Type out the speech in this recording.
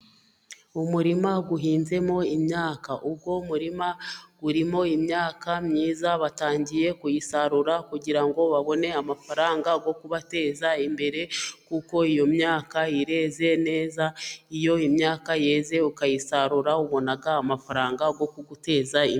Umurima uhinzemo imyaka, uwo murima urimo imyaka myiza batangiye kuyisarura, kugira ngo babone amafaranga yo kubateza imbere, kuko iyo myaka ireze neza, iyo imyaka yeze ukayisarura ubona amafaranga yo guteza imbere.